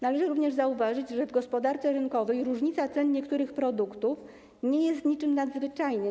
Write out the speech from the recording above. Należy również zauważyć, że w gospodarce rynkowej różnica cen niektórych produktów nie jest niczym nadzwyczajnym.